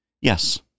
Yes